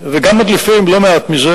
וגם מדליפים לא מעט מזה.